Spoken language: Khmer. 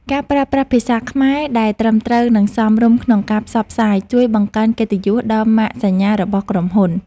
ការប្រើប្រាស់ភាសាខ្មែរដែលត្រឹមត្រូវ និងសមរម្យក្នុងការផ្សព្វផ្សាយជួយបង្កើនកិត្តិយសដល់ម៉ាកសញ្ញារបស់ក្រុមហ៊ុន។